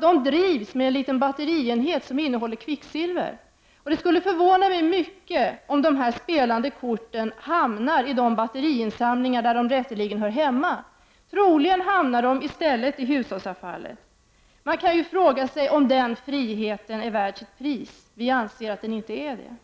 De drivs med en liten batterienhet som innehåller kvicksilver, och det skulle förvåna mig mycket om dessa batterier hamnade i de batteriinsamlingar där de rätteligen hör hemma. Troligen hamnar de i stället i hushållsavfallet. Man kan fråga sig om den friheten är värd sitt pris. Vi i vpk anser att den inte är det.